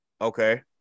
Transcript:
okay